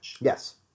Yes